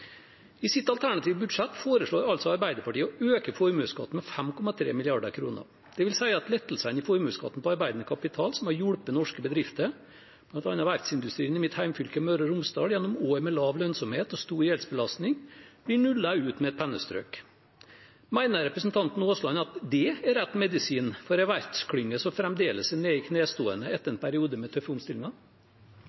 I sitt alternative budsjett foreslår Arbeiderpartiet å øke formuesskatten med 5,3 mrd. kr. Det vil si at lettelsene i formuesskatten på arbeidende kapital, som har hjulpet norske bedrifter – bl.a. verftsindustrien i mitt hjemfylke Møre og Romsdal – gjennom år med lav lønnsomhet og stor gjeldsbelastning, blir nullet ut med et pennestrøk. Mener representanten Aasland at det er rett medisin for en verftsklynge som fremdeles er nede i knestående etter